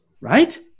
Right